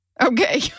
okay